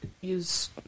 use